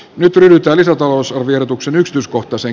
niityltä lisätalousarviotuksen yksityiskohtaisen